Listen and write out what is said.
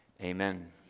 amen